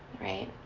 right